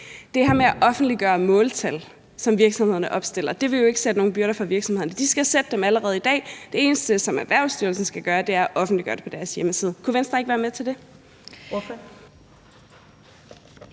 det her med at offentliggøre måltal, som virksomhederne opstiller, vil jo ikke lægge byrder på virksomhederne. De skal opstille dem allerede i dag, og det eneste, erhvervslivet skal gøre, er at offentliggøre dem på deres hjemmeside. Kunne Venstre ikke være med til det?